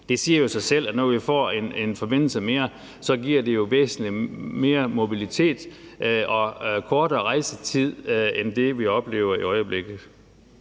Det siger jo sig selv, at når vi får en forbindelse mere, så giver det væsentlig mere mobilitet og kortere rejsetid end det, vi i øjeblikket